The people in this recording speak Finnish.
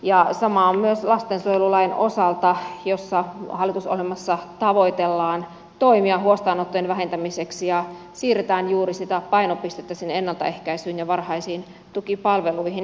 sama on myös lastensuojelulain osalta jossa hallitusohjelmassa tavoitellaan toimia huostaanottojen vähentämiseksi ja siirretään juuri sitä painopistettä sinne ennaltaehkäisyyn ja varhaisiin tukipalveluihin